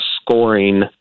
scoring